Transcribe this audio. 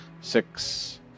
Six